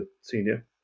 senior